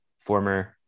former